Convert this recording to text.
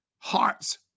hearts